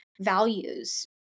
values